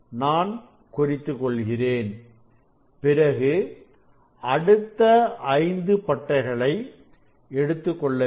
நான் குறித்துக் கொள்கிறேன் பிறகு அடுத்த ஐந்து பட்டைகளை எடுத்துக் கொள்ள வேண்டும்